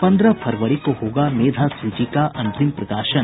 पंद्रह फरवरी को होगा मेधा सूची का अंतिम प्रकाशन